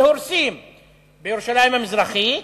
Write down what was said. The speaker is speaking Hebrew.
והורסים בירושלים המזרחית,